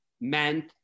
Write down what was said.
meant